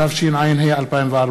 התשע"ה 2014,